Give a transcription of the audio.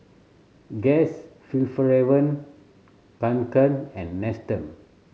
Guess Fjallraven Kanken and Nestum